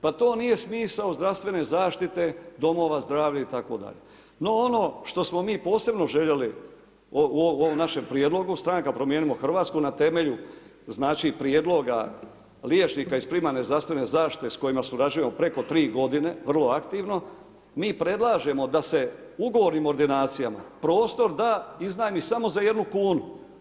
Pa to nije smisao zdravstvene zaštite domova zdravlja itd. no ono što smo mi posebno željeli u ovom našem prijedlog stranka Promijenimo Hrvatsku na temelju znači prijedloga liječnika iz primarne zdravstvene zaštite s kojima surađujemo preko 3 godine, vrlo aktivno, mi predlažemo da se ugovornim ordinacijama prostor da, iznajmi samo za 1 kunu.